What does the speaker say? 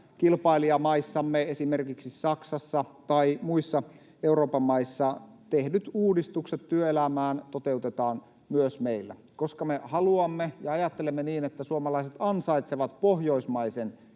pääkilpailijamaissamme, esimerkiksi Saksassa tai muissa Euroopan maissa — tehdyt uudistukset työelämään toteutetaan, koska me haluamme ja ajattelemme niin, että suomalaiset ansaitsevat pohjoismaisen